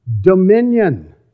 dominion